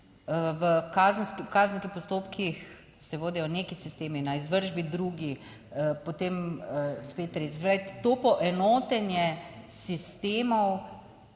V kazenskih postopkih se vodijo neki sistemi, na izvršbi drugi, potem spet tretji, se pravi to poenotenje sistemov